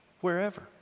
wherever